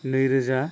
नैरोजा